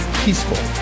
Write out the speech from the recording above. peaceful